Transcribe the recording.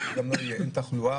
שגם לא יהיה תחלואה,